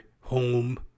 home